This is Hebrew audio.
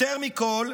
יותר מכול,